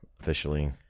officially